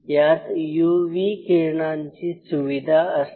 यात UV किरणांची सुविधा असते